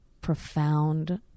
profound